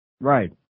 Right